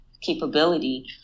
capability